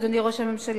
אדוני ראש הממשלה,